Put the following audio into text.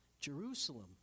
Jerusalem